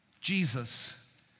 Jesus